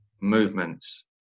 movements